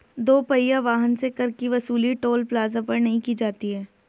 दो पहिया वाहन से कर की वसूली टोल प्लाजा पर नही की जाती है